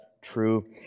true